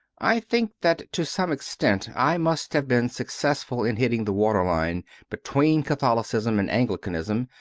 i think that to some extent i must have been success ful in hitting the water-line between catholicism and anglicanism,